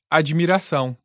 admiração